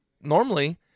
normally